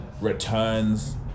returns